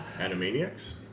Animaniacs